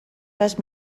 les